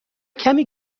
کمی